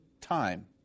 time